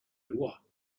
loi